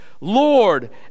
Lord